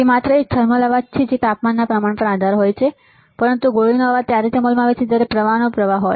તે માત્ર એક થર્મલ અવાજ છે જે તાપમાનના પ્રમાણમાં પણ હોય છે પરંતુ ગોળીનો અવાજ ત્યારે જ અમલમાં આવે છે જ્યારે પ્રવાહનો પ્રવાહ હોય